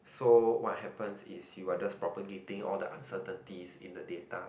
so what happen is you're just propagating all the uncertainties in the data